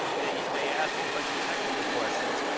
they they asked me a bunch of technical questions,